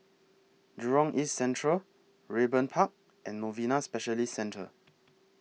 Jurong East Central Raeburn Park and Novena Specialist Centre